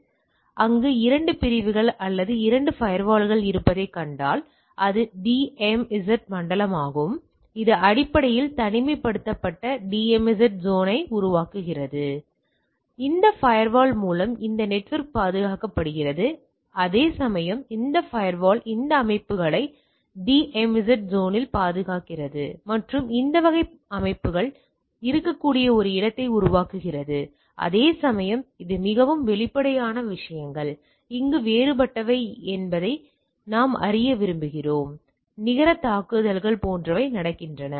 எனவே அங்கு இரண்டு பிரிவுகள் அல்லது இரண்டு ஃபயர்வால்கள் இருப்பதைக் கண்டால் அது DMZ மண்டலம் ஆகும் இது அடிப்படையில் தனிமைப்படுத்தப்பட்ட DMZ சோன் ஐ உருவாக்குகிறது எனவே இந்த ஃபயர்வால் மூலம் இந்த நெட்வொர்க் பாதுகாக்கப்படுகிறது அதேசமயம் இந்த ஃபயர்வால் இந்த அமைப்புகளை டிஎம்இசட் சோன் இல் பாதுகாக்கிறது மற்றும் இந்த வகை அமைப்புகள் இருக்கக்கூடிய ஒரு இடத்தை உருவாக்குகிறது அதேசமயம் இது மிகவும் வெளிப்படையான விஷயங்கள் அங்கு வேறுபட்டவை என்ன என்பதை நாம் அறிய விரும்புகிறோம் நிகர தாக்குதல்கள் போன்றவை நடக்கின்றன